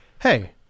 hey